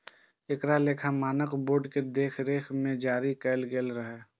एकरा लेखा मानक बोर्ड के देखरेख मे जारी कैल गेल रहै